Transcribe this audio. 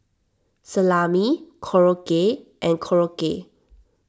Salami Korokke and Korokke